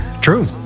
True